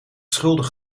schuldig